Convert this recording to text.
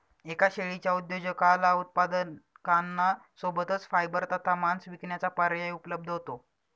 एका शेळीच्या उद्योजकाला उत्पादकांना सोबतच फायबर तथा मांस विकण्याचा पर्याय उपलब्ध होतो